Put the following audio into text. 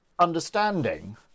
understanding